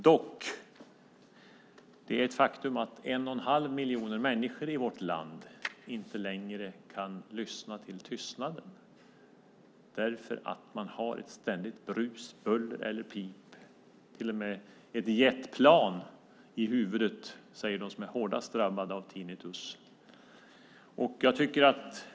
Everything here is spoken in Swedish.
Dock är det ett faktum att en och en halv miljon människor i vårt land inte längre kan lyssna till tystnaden därför att de har ett ständigt brus, buller eller pip i huvudet - till och med ett jetplan, säger de som är hårdast drabbade av tinnitus.